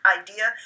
idea